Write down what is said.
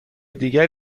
دیگری